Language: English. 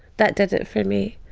that did it for me.